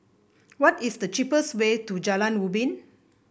what is the cheapest way to Jalan Ubin